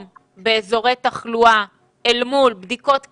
באזורי תחלואה אל מול בדיקות כלליות,